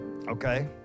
Okay